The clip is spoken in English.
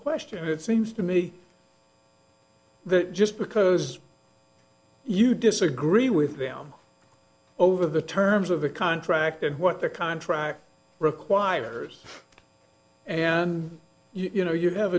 question it seems to me the just because you disagree with them over the terms of the contract and what their contract requires you know you have